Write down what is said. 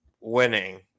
winning